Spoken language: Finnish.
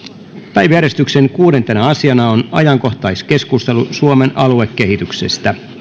päiväjärjestyksen kuudentena asiana on ajankohtaiskeskustelu suomen aluekehityksestä